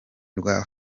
rwa